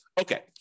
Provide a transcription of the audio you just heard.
Okay